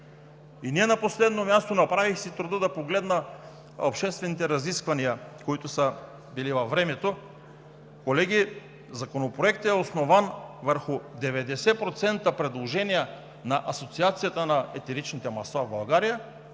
И не на последно място – направих си труда да погледна обществените разисквания, които са били във времето. Колеги, Законопроектът е основан върху 90% предложения на Асоциацията на етеричните масла в България